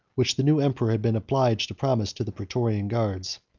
which the new emperor had been obliged to promise to the praetorian guards.